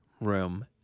room